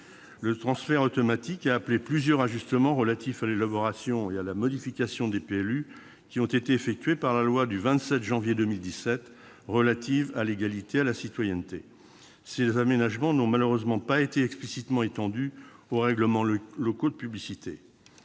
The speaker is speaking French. Ce transfert automatique a requis plusieurs ajustements relatifs à l'élaboration et à la modification des PLU, qui ont été mis en oeuvre par la loi du 27 janvier 2017 relative à l'égalité et à la citoyenneté. Ces aménagements n'ont malheureusement pas été explicitement étendus aux règlements locaux de publicité.